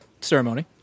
ceremony